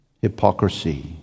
hypocrisy